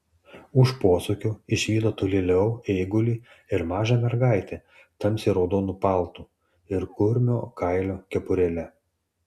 už posūkio išvydo tolėliau eigulį ir mažą mergaitę tamsiai raudonu paltu ir kurmio kailio kepurėle